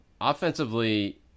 Offensively